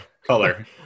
Color